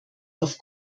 auf